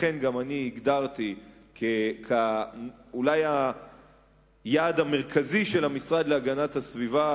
לכן גם אני הגדרתי אולי כיעד המרכזי של המשרד להגנת הסביבה